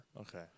Okay